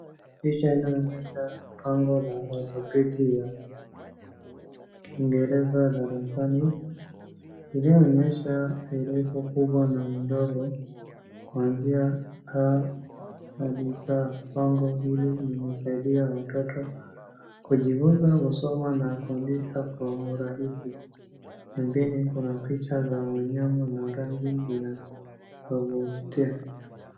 Picha inayoonyesha bango la alfabeti ya kiingereza darasani, iliyoonyesha herufi kubwa na ndogo uanzia a hadi za. Bango hili limesaidia watoto kujifunza kusoma na kuandika kwa urahisi. Pembeni kuna picha za wanyama na rangi ya kuvutia.